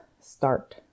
start